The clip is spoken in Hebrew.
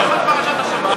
לך על פרשת השבוע.